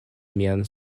mian